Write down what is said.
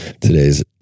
today's